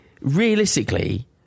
realistically